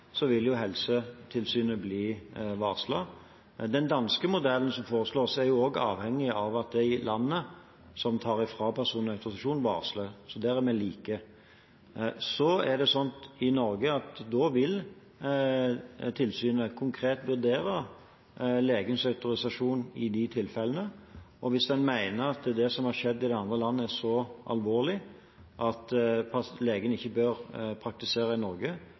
vil Helsetilsynet bli varslet. Den danske modellen som foreslås, er også avhengig av at det landet som tar fra personen autorisasjonen, varsler. Der er vi like. I Norge vil tilsynet da konkret vurdere legens autorisasjon i de tilfellene. Hvis en mener at det som har skjedd i det andre landet, er så alvorlig at legen ikke bør praktisere i Norge,